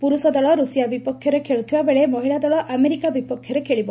ପୁରୁଷ ଦଳ ରୁଷିଆ ବିପକ୍ଷରେ ଖେଳୁଥିବାବେଳେ ମହିଳାଦଳ ଆମେରିକା ବିପକ୍ଷରେ ଖେଳିବ